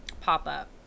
pop-up